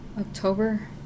October